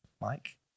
Mike